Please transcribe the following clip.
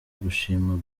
gushima